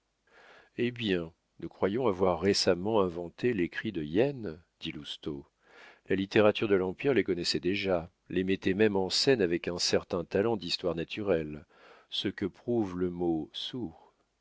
hé bien nous croyions avoir récemment inventé les cris de hyène dit lousteau la littérature de l'empire les connaissait déjà les mettait même en scène avec un certain talent d'histoire naturelle ce que prouve le mot